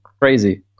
Crazy